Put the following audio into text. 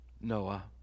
Noah